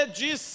diz